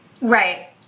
Right